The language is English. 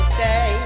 say